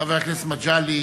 חבר הכנסת מגלי,